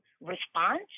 response